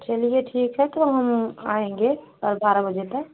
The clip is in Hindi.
चलिए ठीक है तो हम आएँगे बारह बजे तक